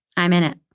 i'm in it.